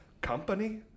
Company